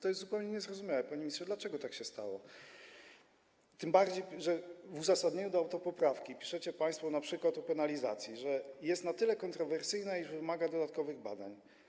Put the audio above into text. To jest zupełnie niezrozumiałe, panie ministrze, dlaczego tak się stało, tym bardziej że w uzasadnieniu do autopoprawki piszecie państwo, że np. penalizacja jest kontrowersyjna i wymaga to dodatkowych badań.